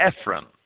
Ephraim